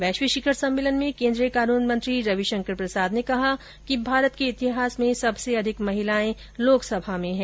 वैश्विक शिखर सम्मेलन में केंद्रीय कानून मंत्री रविशंकर प्रसाद ने कहा कि भारत के इतिहास में सबसे अधिक महिलाए लोकसभा में हैं